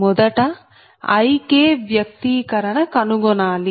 మొదట Ik వ్యక్తీకరణ కనుగొనాలి